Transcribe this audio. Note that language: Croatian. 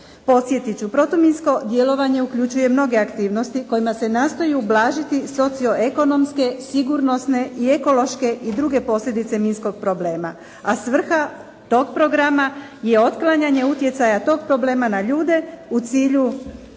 Podsjetit ću, protuminsko djelovanje uključuje mnoge aktivnosti kojima se nastoji ublažiti socioekonomske, sigurnosne i ekološke i druge posljedice minskog problema, a svrha tog programa je otklanjanje utjecaja tog problema na ljude u cilju